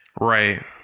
Right